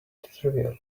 trivial